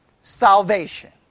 salvation